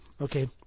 okay